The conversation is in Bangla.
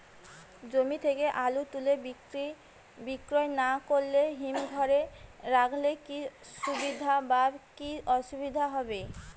জমি থেকে আলু তুলে বিক্রি না করে হিমঘরে রাখলে কী সুবিধা বা কী অসুবিধা হবে?